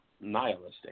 nihilistic